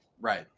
right